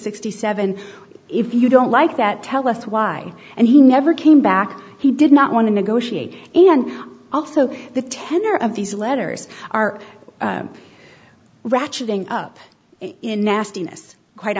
sixty seven if you don't like that tell us why and he never came back he did not want to negotiate and also the tenor of these letters are ratcheting up in nastiness quite